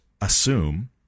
assume